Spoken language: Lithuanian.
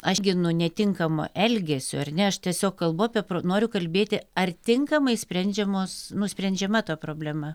aš gi nu netinkamo elgesio ar ne aš tiesiog kalbu apie noriu kalbėti ar tinkamai sprendžiamos nu sprendžiama ta problema